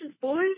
boys